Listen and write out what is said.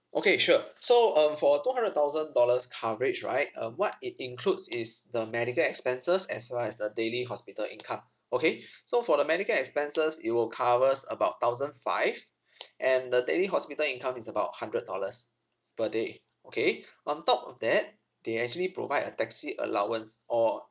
okay sure so um for two hundred thousand dollars coverage right um what it includes is the medical expenses as well as the daily hospital income okay so for the medical expenses it will covers about thousand five and the daily hospital income is about hundred dollars per day okay on top of that they actually provide a taxi allowance or